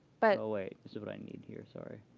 but oh, wait. this is what i need here. sorry.